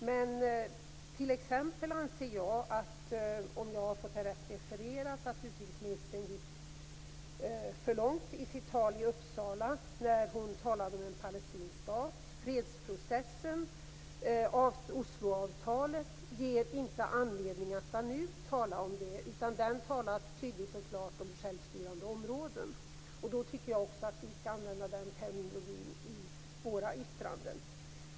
Men om jag har fått det rätt refererat anser jag t.ex. att utrikesministern gick för långt i sitt tal i Uppsala när hon talade om en palestinsk stat. Osloavtalet ger inte anledning att nu tala om det, utan där talas tydligt och klart om självstyrande områden. Då tycker jag också att vi skall använda den terminologin i våra yttranden.